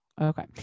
Okay